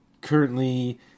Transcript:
currently